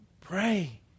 pray